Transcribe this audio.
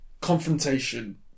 confrontation